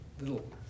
little